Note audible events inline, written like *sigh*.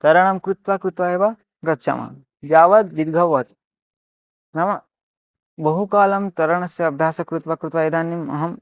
तरणं कृत्वा कृत्वा एव गच्छामः यावद् *unintelligible* भवति नाम बहुकालं तरणस्य अभ्यासं कृत्वा कृत्वा इदानीम् अहं